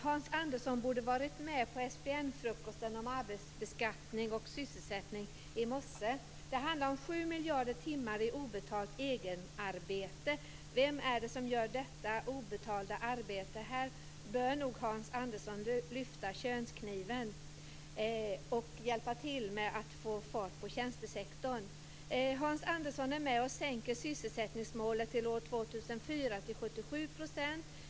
Herr talman! Hans Andersson borde varit med på Det handlar om 7 miljarder timmar i obetalt egenarbete. Vem är det som gör detta obetalda arbete? Här bör nog Hans Andersson lyfta könskniven och hjälpa till att få fart på tjänstesektorn. Hans Andersson är med och sänker sysselsättningsmålet för år 2004 till 77 %.